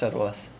what's your lowest